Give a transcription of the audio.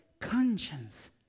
conscience